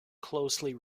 closely